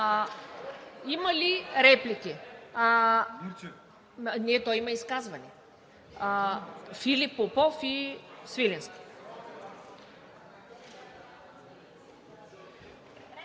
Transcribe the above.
Има ли реплики? Има изказване – Филип Попов и Свиленски.